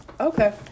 Okay